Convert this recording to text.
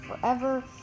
forever